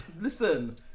listen